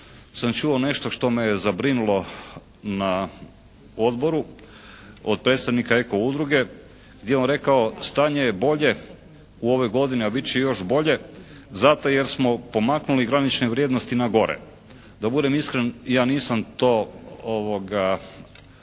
sam čuo nešto što me je zabrinulo na odboru od predsjednika eko udruge gdje je on rekao stanje je bolje u ovoj godini a bit će još bolje zato jer smo pomaknuli granične vrijednosti na gore. Da budem iskren ja nisam to